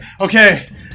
okay